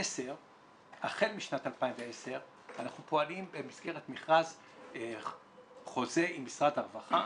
החל משנת 2010 אנחנו פועלים במסגרת חוזה עם משרד הרווחה,